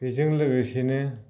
बेजों लोगोसेनो